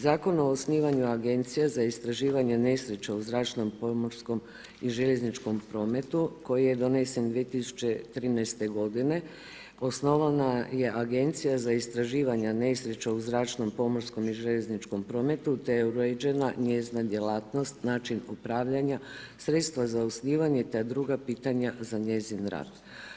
Zakon o osnivanju agencija za istraživanje nesreća u zračnom, pomorskom i željezničkom prometu koji je donesen 2013. godine osnovana je agencija za istraživanja nesreća u zračnom, pomorskom i željezničkom prometu te je uređena njezina djelatnost, način upravljanja, sredstva za osnivanje te druga pitanja za njezin rad.